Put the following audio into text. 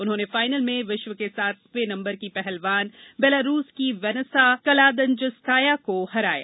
उन्होंने फाइनल में विश्व के सातवें नम्बर की पहलवान बेलारूस की वैनेसा कलादजिंस्काया को हराया